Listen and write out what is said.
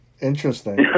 Interesting